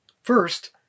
First